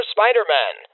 Spider-Man